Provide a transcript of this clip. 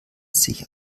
sich